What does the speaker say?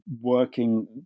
working